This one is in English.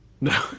No